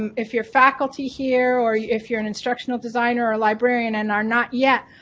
um if you're faculty here or if you're an instructional designer or a librarian and are not yet